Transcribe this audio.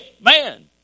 man